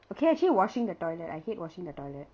okay actually washing the toilet I hate washing the toilet